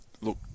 Look